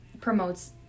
promotes